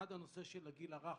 אחד, הנושא של הגיל הרך.